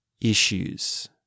issues